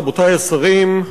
רבותי השרים,